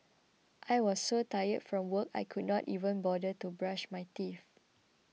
I was so tired from work I could not even bother to brush my teeth